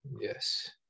Yes